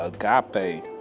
agape